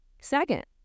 Second